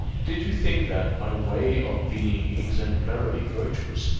did you think that, by way of being exemplarily virtuous,